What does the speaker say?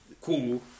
cool